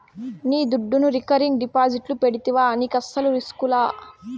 నీ దుడ్డును రికరింగ్ డిపాజిట్లు పెడితివా నీకస్సలు రిస్కులా